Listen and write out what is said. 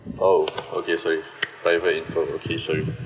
oh okay sorry private info okay sorry